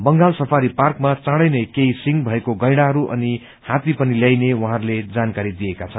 Bengal safari पार्कमा चाँडैनै केही सिंग भएको गैड़ाहरू अनि हात्ती पनि ल्याइने उहाँहरूले जानकारी दिएका छन्